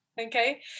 okay